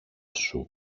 σου